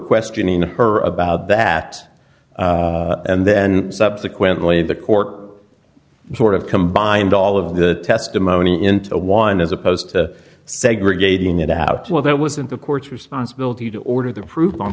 questioning her about that and then subsequently the court sort of combined all of the testimony into one as opposed to segregating it out well that wasn't the court's responsibility to order the proof on